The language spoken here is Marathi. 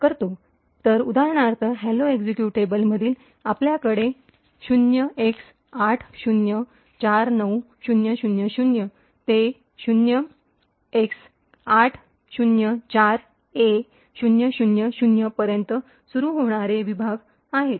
तर उदाहरणार्थ हॅलो एक्झिक्युटेबलमध्ये आपल्याकडे 0x८०४९००० ते 0x८०४ए००० पर्यंत सुरू होणारे विभाग आहेत